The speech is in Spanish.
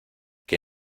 que